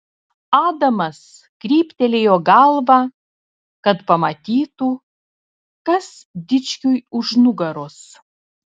adamas kryptelėjo galvą kad pamatytų kas dičkiui už nugaros